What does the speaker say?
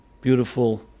beautiful